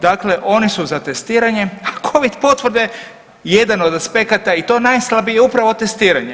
Dakle, oni su za testiranje, a Covid potvrde jedan od aspekta i to najslabije upravo testiranje.